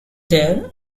there